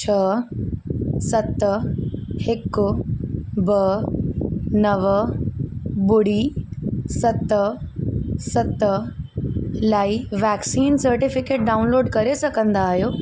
छह सत हिकु ॿ नव ॿुड़ी सत सत लाइ वैक्सीन सर्टिफिकेट डाउनलोड करे सघंदा आहियो